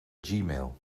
gmail